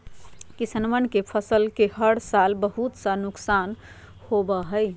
किसनवन के फसल के हर साल बहुत सा नुकसान होबा हई